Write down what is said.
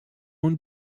own